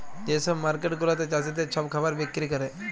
যে ছব মার্কেট গুলাতে চাষীদের ছব খাবার বিক্কিরি ক্যরে